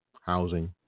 Housing